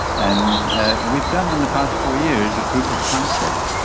and we've done in the past four years a proof of concept,